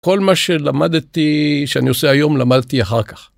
כל מה שלמדתי, שאני עושה היום, למדתי אחר כך.